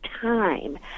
time